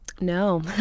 No